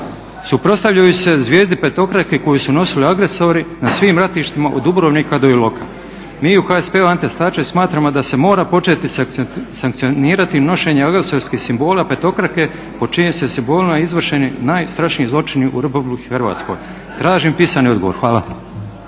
suprotstavljajući se zvijezdi petokraki koji su nosili agresori na svim ratištima od Dubrovnika do Iloka. Mi u HSP-u Ante Starčević smatramo da se mora početi sankcionirati nošenje agresorskih simbola petokrake pod čijim su simbolima izvršeni najstrašniji zločini u RH. Tražim pisani odgovor. Hvala.